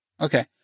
Okay